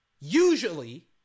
usually